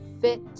fit